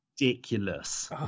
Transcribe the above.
ridiculous